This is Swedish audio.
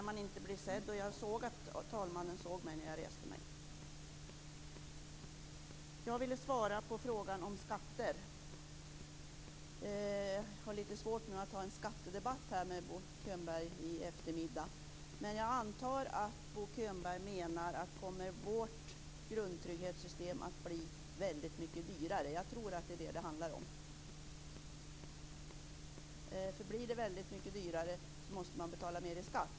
Herr talman! Jag vill svara på frågan om skatter. Jag har litet svårt att ta en skattedebatt med Bo Könberg i eftermiddag, men jag antar att Bo Könberg menar att vårt grundtrygghetssystem kommer att bli väldigt mycket dyrare. Jag tror att det är det det handlar om. Om det blir väldigt mycket dyrare måste man betala mer i skatt.